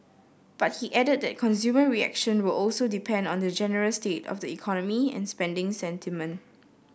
but he added that consumer reaction will also depend on the general state of the economy and spending sentiment